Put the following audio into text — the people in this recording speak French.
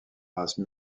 race